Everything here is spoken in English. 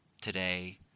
today